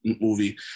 movie